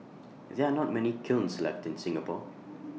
there are not many kilns left in Singapore